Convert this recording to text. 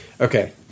Okay